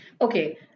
Okay